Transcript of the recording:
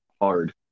hard